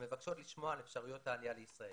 המבקשות לשמוע על אפשרויות העלייה לישראל.